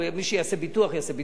מי שיעשה ביטוח יעשה ביטוח,